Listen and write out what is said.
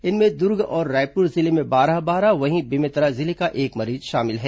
इनमें दुर्ग और रायपुर जिले में बारह बारह वहीं बेमेतरा जिले का एक मरीज शामिल है